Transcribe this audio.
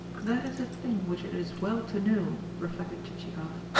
that is a thing which it is well to know, reflected chichikov.